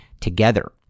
together